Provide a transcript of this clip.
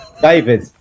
David